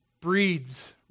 breeds